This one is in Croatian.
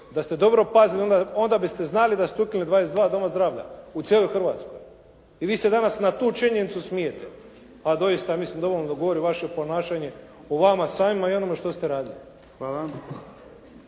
Da ste dobro pazili onda biste znali da ste ukinuli 22 doma zdravlja u cijeloj Hrvatskoj i vi se danas na tu činjenicu smijete. Ma doista, ja mislim da dovoljno govori vaše ponašanje o vama samima i onome što ste radili. **Jarnjak,